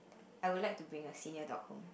I would like to bring a senior dog home